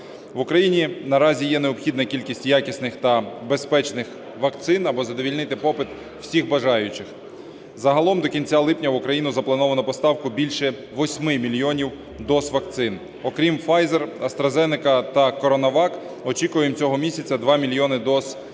В Україні наразі є необхідна кількість якісних та безпечних вакцин, аби задовольнити попит всіх бажаючих. Загалом до кінця липня в Україну заплановано поставку більше 8 мільйонів доз вакцин. Окрім Pfizer, AstraZenecа та CoronaVac, очікуємо цього місяця 2 мільйони доз вакцини